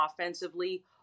offensively